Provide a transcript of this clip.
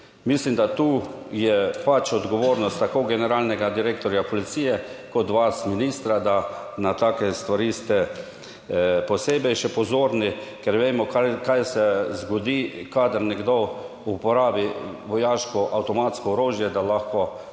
Mislim, da tu je odgovornost tako generalnega direktorja policije, kot vas, ministra, da na take stvari ste posebej še pozorni, ker vemo kaj se zgodi kadar nekdo uporabi vojaško avtomatsko orožje, da lahko tudi